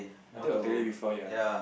I think I got tell you before ya